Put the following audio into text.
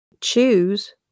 choose